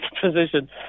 position